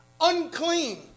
Unclean